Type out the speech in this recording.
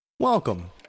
Welcome